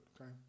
okay